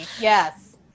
Yes